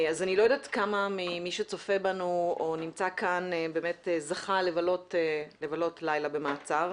אז אני לא יודעת כמה ממי שצופה בנו או נמצא כאן זכה לבלות לילה במעצר,